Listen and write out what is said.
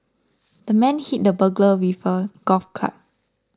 the man hit the burglar with a golf club